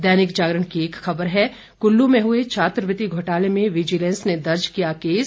दैनिक जागरण की एक खबर है कुल्लू में हुए छात्रवृति घोटाले में विजिलेंस ने दर्ज किया केस